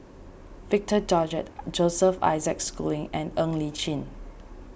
Victor Doggett Joseph Isaac Schooling and Ng Li Chin